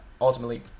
ultimately